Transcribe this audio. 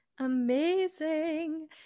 Amazing